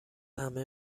همه